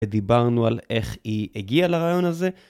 ודיברנו על איך היא הגיעה לרעיון הזה.